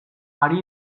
ari